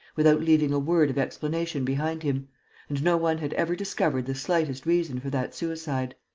without leaving a word of explanation behind him and no one had ever discovered the slightest reason for that suicide.